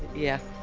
yeah.